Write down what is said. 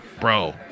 bro